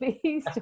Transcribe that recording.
Please